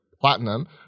platinum